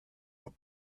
what